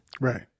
Right